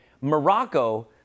Morocco